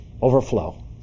overflow